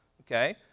Okay